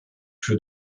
für